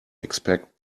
expect